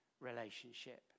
relationship